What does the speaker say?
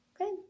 Okay